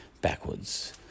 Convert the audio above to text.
backwards